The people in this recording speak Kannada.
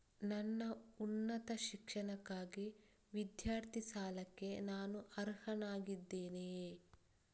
ನನ್ನ ಉನ್ನತ ಶಿಕ್ಷಣಕ್ಕಾಗಿ ವಿದ್ಯಾರ್ಥಿ ಸಾಲಕ್ಕೆ ನಾನು ಅರ್ಹನಾಗಿದ್ದೇನೆಯೇ?